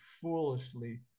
foolishly